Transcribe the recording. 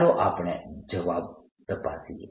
ચાલો આપણે જવાબ તપાસીએ